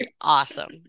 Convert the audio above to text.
Awesome